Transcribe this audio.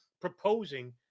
proposing